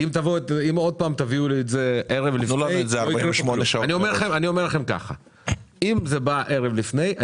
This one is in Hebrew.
עם עוד פעם תביאו את זה ערב לפני אני אומר לכם שאם זה בא ערב לפני,